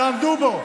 תעמדו בו.